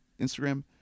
Instagram